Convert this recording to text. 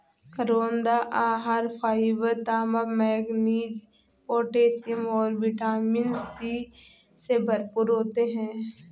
करौंदा आहार फाइबर, तांबा, मैंगनीज, पोटेशियम और विटामिन सी से भरपूर होते हैं